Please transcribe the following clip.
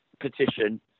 petition